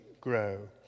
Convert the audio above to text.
grow